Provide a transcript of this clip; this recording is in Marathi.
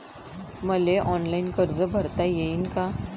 मले ऑनलाईन कर्ज भरता येईन का?